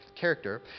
character